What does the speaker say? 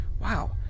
Wow